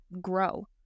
grow